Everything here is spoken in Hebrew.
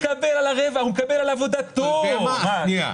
בלי אירועי מס דרמטיים - יש כאן ניסיון